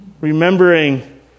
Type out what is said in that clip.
Remembering